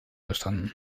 bestanden